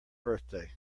birthday